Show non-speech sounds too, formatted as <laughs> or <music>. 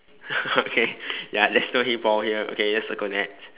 <laughs> okay ya there's no hey Paul here okay just circle that